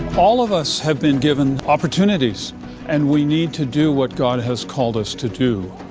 all of us have been given opportunities and we need to do what god has called us to do,